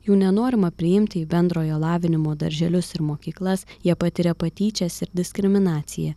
jų nenorima priimti į bendrojo lavinimo darželius ir mokyklas jie patiria patyčias ir diskriminaciją